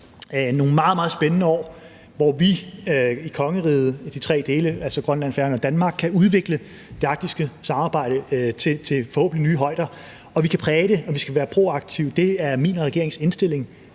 meget, meget spændende år, hvor vi i kongerigets tre dele, altså Grønland, Færøerne og Danmark, kan udvikle det arktiske samarbejde til forhåbentlig nye højder. Vi kan præge det, og vi skal være proaktive. Det er min og regeringens indstilling